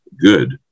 good